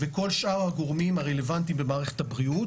וכל שאר הגורמים הרלוונטיים במערכת הבריאות.